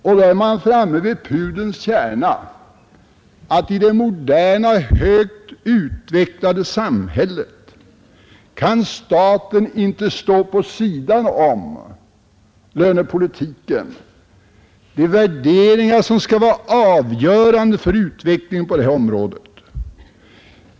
Och då är man framme vid pudelns kärna, att i det moderna, högt utvecklade samhället kan staten inte stå på sidan om lönepolitiken vid värderingar som skall vara avgörande för utvecklingen på det här området.